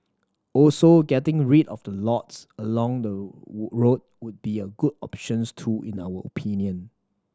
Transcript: also getting rid of the lots along the road would be a good options too in our opinion